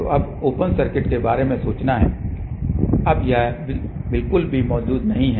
तो अब open circuit के बारे में सोचना है अब यह बिल्कुल भी मौजूद नहीं है